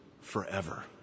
forever